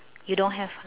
you don't have ah